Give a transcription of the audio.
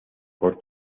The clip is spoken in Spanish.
por